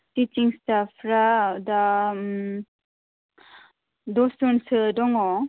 थिसिं सिथाबफ्रा दा दस जन सो दङ